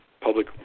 public